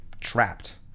trapped